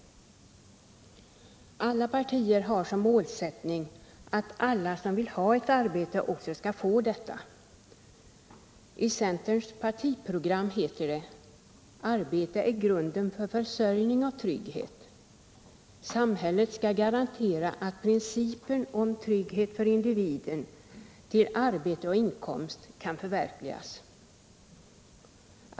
Alla partier har som målsättning att alla som vill ha ett arbete också skall få det. I centerns partiprogram heter det: ”Arbete är grunden för försörjning och trygghet. Samhället skall garantera att principen om trygghet för individen till arbete och inkomst kan förverkligas.